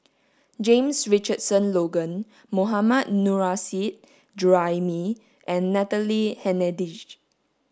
James Richardson Logan Mohammad Nurrasyid Juraimi and Natalie Hennedige